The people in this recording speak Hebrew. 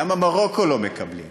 למה יוצאי